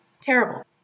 Terrible